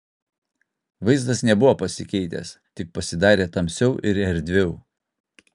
vaizdas nebuvo pasikeitęs tik pasidarė tamsiau ir erdviau